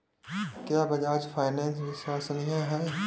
क्या बजाज फाइनेंस विश्वसनीय है?